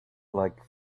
like